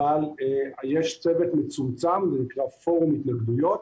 אבל יש צוות מצומצם, זה נקרא פורום התנגדויות,